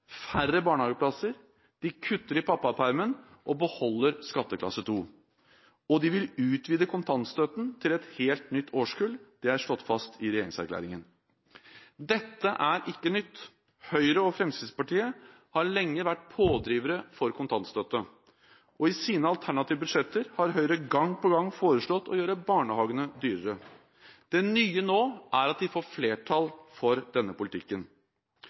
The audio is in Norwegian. færre barnehageplasser. De kutter i pappapermen og beholder skatteklasse 2. Og de vil utvide kontantstøtten til et helt nytt årskull. Det er slått fast i regjeringserklæringen. Dette er ikke nytt. Høyre og Fremskrittspartiet har lenge vært pådrivere for kontantstøtte. I sine alternative budsjetter har Høyre gang på gang foreslått å gjøre barnehagene dyrere. Det nye nå er at de får flertall for denne politikken.